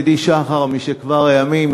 ידידי משכבר הימים,